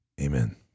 Amen